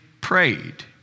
prayed